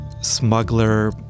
smuggler